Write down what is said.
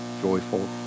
joyful